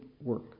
work